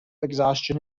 exhaustion